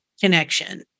connection